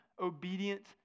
obedient